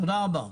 תודה רבה.